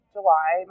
July